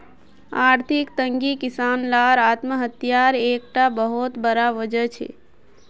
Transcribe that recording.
आर्थिक तंगी किसान लार आत्म्हात्यार एक टा बहुत बड़ा वजह छे